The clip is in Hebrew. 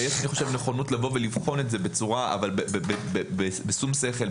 ויש אני חושב נכונות לבוא ולבחון את זה בשום שכל,